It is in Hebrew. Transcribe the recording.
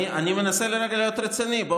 זה